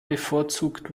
bevorzugt